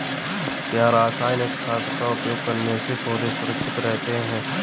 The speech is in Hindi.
क्या रसायनिक खाद का उपयोग करने से पौधे सुरक्षित रहते हैं?